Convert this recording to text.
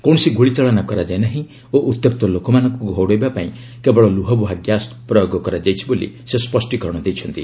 କୌଣସି ଗୁଳିଚାଳନା କରାଯାଇନାହିଁ ଓ ଉତ୍ୟକ୍ତ ଲୋକମାନଙ୍କୁ ଘଉଡ଼ାଇବା ପାଇଁ କେବଳ ଲୁହବୁହା ଗ୍ୟାସ୍ ପ୍ରୟୋଗ କରାଯାଇଛି ବୋଲି ସେ ସ୍ୱଷ୍ଟିକରଣ ଦେଇଛନ୍ତି